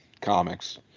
comics